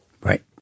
Right